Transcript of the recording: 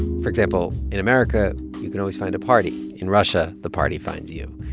for example, in america, you can always find a party. in russia, the party finds you.